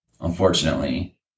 unfortunately